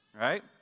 Right